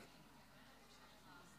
להלן תוצאות